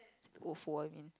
Ofo I mean